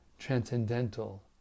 transcendental